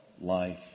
life